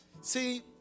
see